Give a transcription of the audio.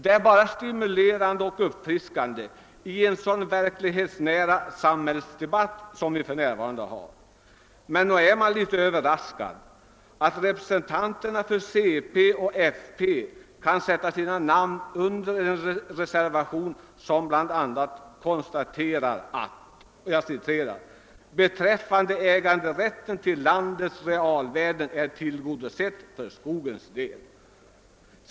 Det är bara stimulerande och uppfriskande i en så verklighetsnära samhällsdebatt som den nuvarande. Men nog är man litet överraskad över att representanterna för centerpartiet och folkpartiet kunnat sätta sina namn under en reservation där det bl.a. konstateras, att det är uppenbart att »motionärernas ——— krav beträffande äganderätten till landets realvärden är tillgodosett för skogens del».